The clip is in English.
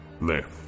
left